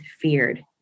feared